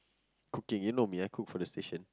okay you know me I cook for the station